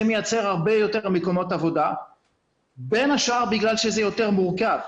זה מייצר הרבה יותר מקומות עבודה בין השאר בגלל שזה יותר מורכב,